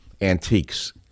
antiques